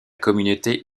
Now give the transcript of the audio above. communauté